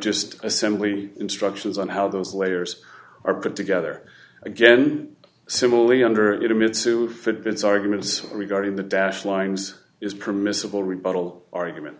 just assembly instructions on how those layers are put together again similarly under it amid soof its arguments regarding the dash lines is permissible rebuttal argument